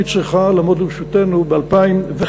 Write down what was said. היא צריכה לעמוד לרשותנו ב-2015.